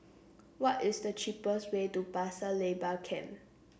what is the cheapest way to Pasir Laba Camp